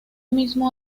mismo